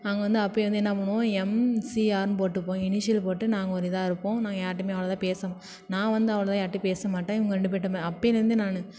அங்கே வந்து அப்பயே வந்து என்ன பண்ணுவோம் எம்சிஆர்ன்னு போட்டுப்போம் இனிஷியல் போட்டு நாங்கள் ஒரு இதாக இருப்போம் நாங்கள் யார்ட்டையுமே அவ்வளதா பேச நான் வந்து அவ்வளதா யார்ட்டையும் பேசமாட்டேன் இவங்க ரெண்டு பேர்கிட்ட அப்போலேந்தே நான்